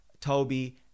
Toby